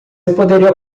poderia